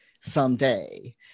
someday